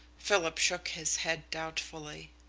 philip shook his head doubtfully.